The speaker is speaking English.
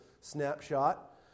snapshot